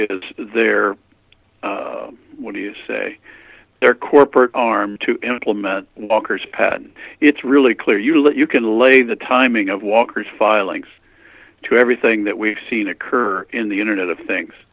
serco there what do you say their corporate arm to implement walker's patent it's really clear you let you can lay the timing of walker's filings to everything that we've seen occur in the internet of things